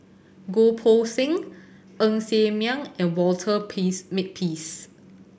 Goh Poh Seng Ng Ser Miang and Walter Peace Makepeace